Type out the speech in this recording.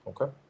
Okay